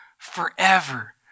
forever